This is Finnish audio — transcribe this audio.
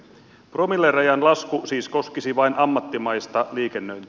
promillerajan lasku siis koskisi vain ammattimaista liikennöintiä